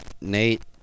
Nate